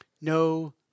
No